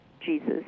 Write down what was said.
Jesus